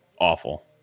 awful